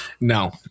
No